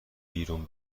بیرون